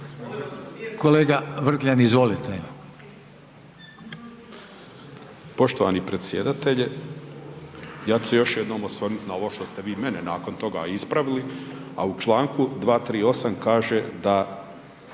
Kolega Vrkljan izvolite.